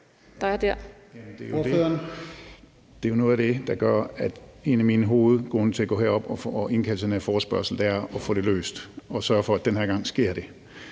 (ALT): Noget af det, der er en af mine hovedgrunde til at gå herop og indkalde til den her forespørgsel, er jo at få det løst og sørge for, at den her gang sker det.